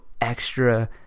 extra